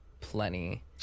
plenty